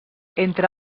entre